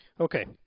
Okay